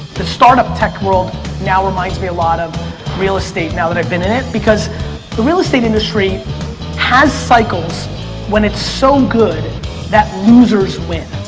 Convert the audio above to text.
the startup tech world now reminds me a lot of real estate now that i've been in it because the real estate industry has cycles when it's so good that losers win.